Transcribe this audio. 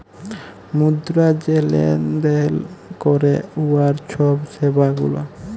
মুদ্রা যে লেলদেল ক্যরে উয়ার ছব সেবা গুলা